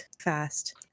fast